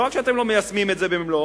לא רק שאתם לא מיישמים את זה במלואו,